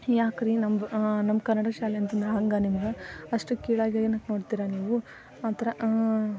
ಯಾಕೆ ರೀ ನಮ್ಮದು ನಮ್ಮ ಕನ್ನಡ ಶಾಲೆ ಅಂತಂದು ಹಂಗೆ ನಿಮ್ಗೆ ಅಷ್ಟು ಕೀಳಾಗಿ ಏನಕ್ಕೆ ನೋಡ್ತೀರ ನೀವು ಅಂತ